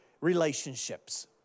relationships